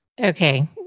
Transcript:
Okay